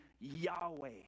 Yahweh